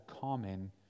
common